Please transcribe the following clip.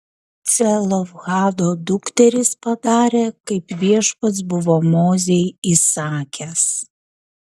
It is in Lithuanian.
celofhado dukterys padarė kaip viešpats buvo mozei įsakęs